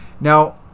Now